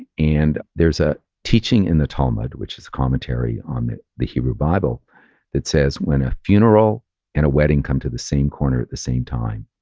and there's a teaching in the talmud, which is a commentary on the the hebrew bible that says, when a funeral and a wedding come to the same corner at the same time,